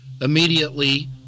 Immediately